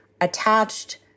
attached